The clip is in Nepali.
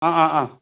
अँ अँ अँ